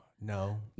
No